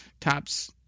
tops